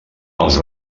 els